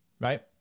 right